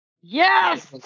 Yes